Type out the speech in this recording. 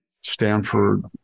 Stanford